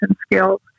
skills